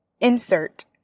Insert